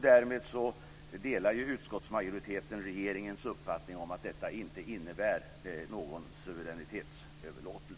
Därmed delar utskottsmajoriteten regeringens uppfattning om att det inte innebär någon suveränitetsöverlåtelse.